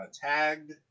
Tagged